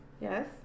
Yes